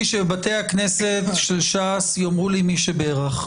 שבתי הכנסת של ש"ס יאמרו לי "מי שברך".